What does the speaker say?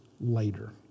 later